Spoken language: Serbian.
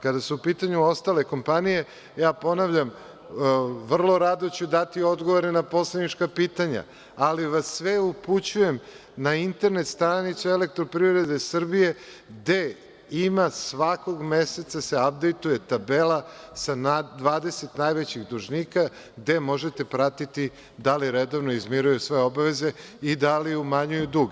Kada su u pitanju ostale kompanije, ponavljam, vrlo rado ću dati odgovore na poslanička pitanja, ali vas sve upućujem na internet stranicu EPS gde se svakog meseca apdejtuje tabela sa 20 najvećih dužnika, gde možete pratiti da li redovno izmiruju svoje obaveze i da li umanjuju dug.